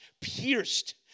pierced